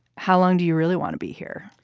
how long do you really want to be here?